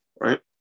right